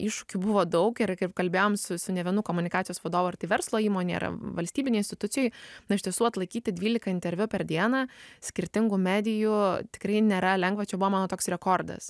iššūkių buvo daug ir kaip kalbėjom su su ne vienu komunikacijos vadovu ar tai verslo įmonėj nėra valstybinių institucijų na iš tiesų atlaikyti dvylika interviu per dieną skirtingų medijų tikrai nėra lengva čia buvo mano toks rekordas